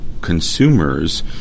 consumers